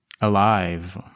alive